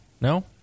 No